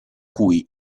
cui